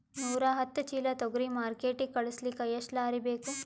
ನೂರಾಹತ್ತ ಚೀಲಾ ತೊಗರಿ ಮಾರ್ಕಿಟಿಗ ಕಳಸಲಿಕ್ಕಿ ಎಷ್ಟ ಲಾರಿ ಬೇಕು?